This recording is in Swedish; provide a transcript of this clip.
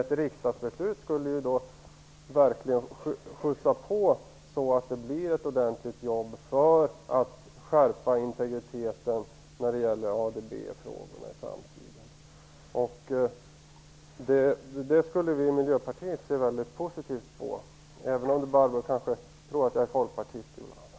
Ett riksdagsbeslut skulle verkligen innebära en skjuts framåt, så att det utförs ett verkligt arbete för att skärpa integritetskraven i ADB-frågorna i framtiden. Vi i Miljöpartiet skulle se mycket positivt på detta.